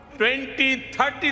2030